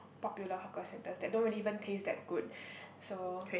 popular hawker centres that don't even really taste that good so